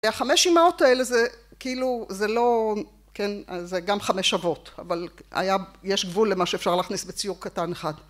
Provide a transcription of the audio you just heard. החמש אמהות האלה זה כאילו זה לא, כן זה גם חמש אבות, אבל היה, יש גבול למה שאפשר להכניס בציור קטן אחד.